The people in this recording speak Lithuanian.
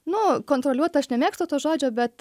nu kontroliuot aš nemėgstu to žodžio bet